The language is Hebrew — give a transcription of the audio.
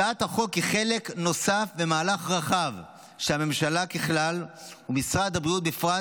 הצעת החוק היא חלק נוסף במהלך רחב שהממשלה ככלל ומשרד הבריאות בפרט